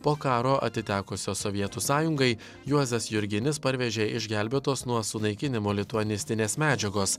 po karo atitekusios sovietų sąjungai juozas jurginis parvežė išgelbėtos nuo sunaikinimo lituanistinės medžiagos